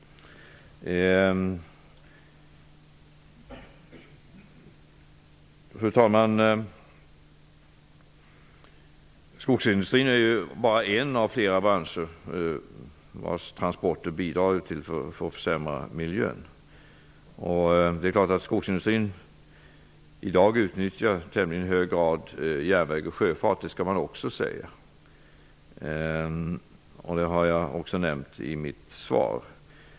Fru talman! Skogsindustrin är ju bara en av flera branscher vars transporter bidrar till försämrad miljö. Skogsindustrin i dag utnyttjar i tämligen hög grad järnväg och sjöfart -- det skall också sägas, precis som jag gjorde i mitt skrivna svar.